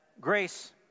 Grace